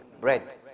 bread